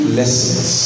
lessons